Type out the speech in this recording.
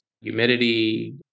humidity